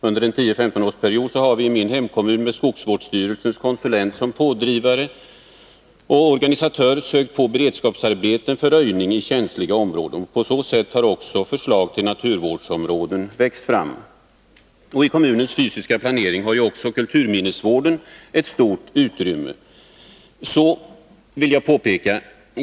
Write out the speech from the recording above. Under en 10-15-årsperiod har vi i min hemkommun med skogsvårdsstyrelsens konsulent som pådrivare och organisatör sökt få beredskapsarbeten för röjning i känsliga områden. På så sätt har också förslag till naturvårdsområden vuxit fram. I kommunens fysiska planering har ju också kulturminnesvården ett stort utrymme.